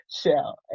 shell